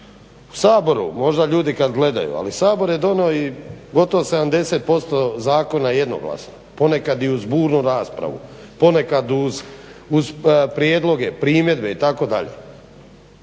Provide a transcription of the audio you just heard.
U Saboru možda ljudi kad gledaju, ali Sabor je donio i gotovo 70% zakona jednoglasno, ponekad i uz burnu raspravu, ponekad uz prijedloge, primjedbe itd.